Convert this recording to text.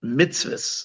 mitzvahs